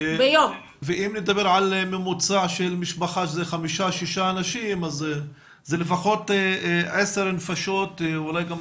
ואם נדבר על ממוצע שזה חמישה-שישה אנשים זה לפחות עשר נפשות אולי גם